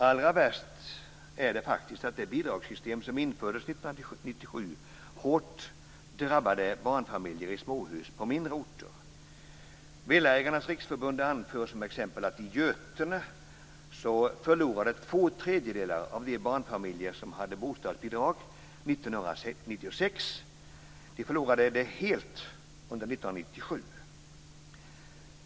Allra värst är det faktiskt att det bidragssystem som infördes 1997 hårt drabbade barnfamiljer i småhus på mindre orter. Villaägarnas riksförbund anför som exempel att i Götene förlorade två tredjedelar av de barnfamiljer som hade bostadsbidrag 1996 det helt under 1997.